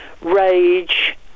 rage